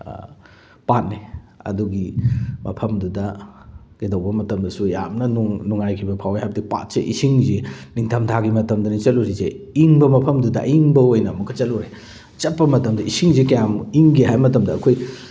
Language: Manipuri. ꯄꯥꯠꯅꯤ ꯑꯗꯨꯒꯤ ꯃꯐꯝꯗꯨꯗ ꯀꯩꯗꯧꯕ ꯃꯇꯝꯗꯁꯨ ꯌꯥꯝꯅ ꯅꯨꯡꯉꯥꯏꯈꯤꯕ ꯐꯥꯎꯋꯦ ꯍꯥꯏꯗꯤ ꯄꯥꯠꯁꯦ ꯏꯁꯤꯡꯁꯦ ꯅꯤꯡꯊꯝꯊꯥꯒꯤ ꯃꯇꯝꯗꯅꯤ ꯆꯠꯂꯨꯔꯤꯁꯦ ꯏꯪꯕ ꯃꯐꯝꯗꯨꯗ ꯑꯏꯪꯕ ꯑꯣꯏꯅ ꯑꯃꯨꯛꯀ ꯆꯠꯂꯨꯔꯦ ꯆꯠꯄ ꯃꯇꯝꯗ ꯏꯁꯤꯡꯁꯦ ꯀꯌꯥꯝ ꯏꯪꯒꯦ ꯍꯥꯏ ꯃꯇꯝꯗ ꯑꯩꯈꯣꯏ